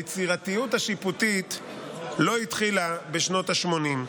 היצירתיות השיפוטית לא התחילה בשנות השמונים.